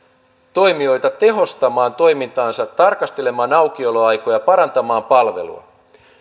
toimijoita tehostamaan toimintaansa tarkastelemaan aukioloaikoja parantamaan palvelua